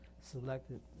selected